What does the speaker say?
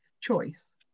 choice